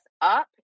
up